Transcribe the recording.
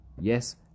yes